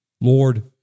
Lord